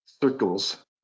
circles